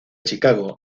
chicago